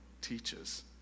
teaches